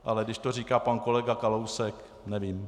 Ale když to říká pan kolega Kalousek, nevím.